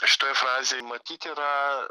šitoj frazėj matyt yra